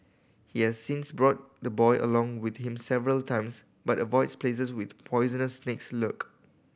he has since brought the boy along with him several times but avoids places with poisonous snakes lurk